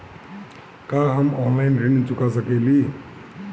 का हम ऑनलाइन ऋण चुका सके ली?